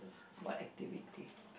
what activity